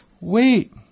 Wait